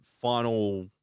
final